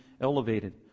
elevated